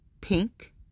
Pink